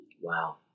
Wow